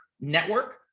network